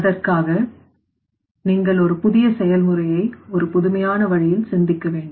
அதற்காக நீங்கள் ஒரு புதிய செயல்முறையை ஒரு புதுமையான வழியில் சிந்திக்க வேண்டும்